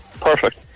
Perfect